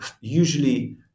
usually